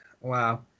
Wow